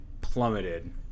plummeted